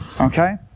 Okay